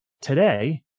today